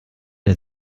der